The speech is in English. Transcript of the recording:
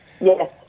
Yes